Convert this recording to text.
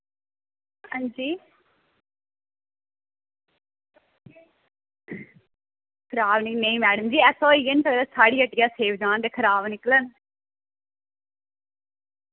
अंजी करानी मैड़म जी ऐसा होई गै निं सकदा साढ़ी हट्टिया सेव जाह्न ते खराब निकलन